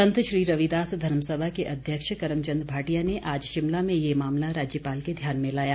संत श्री रविदास धर्म सभा के अध्यक्ष कर्मचंद भाटिया ने आज शिमला में ये मामला राज्यपाल के ध्यान में लाया